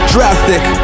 Drastic